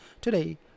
today